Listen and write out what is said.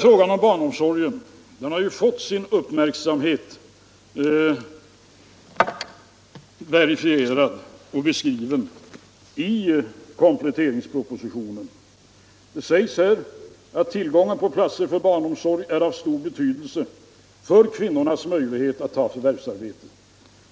Frågan om barnomsorgen har ju fått sin uppmärksamhet verifierad och beskriven i kompletteringspropositionen. Det sägs där: ”Tillgången på platser för barnomsorg är av stor betydelse bl.a. för kvinnornas möjligheter att förvärvsarbeta.